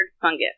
fungus